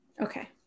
Okay